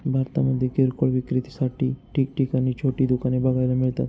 भारतामध्ये किरकोळ विक्रीसाठी ठिकठिकाणी छोटी दुकाने बघायला मिळतात